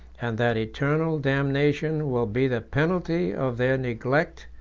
and that eternal damnation will be the penalty of their neglect,